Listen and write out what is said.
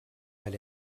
elle